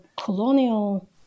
colonial